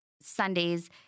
Sundays